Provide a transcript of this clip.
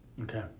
Okay